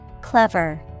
clever